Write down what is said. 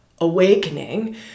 awakening